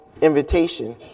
invitation